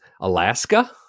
Alaska